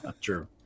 True